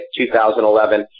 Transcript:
2011